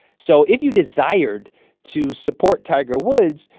so if you desired to support tiger woods,